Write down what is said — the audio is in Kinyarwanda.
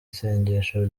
isengesho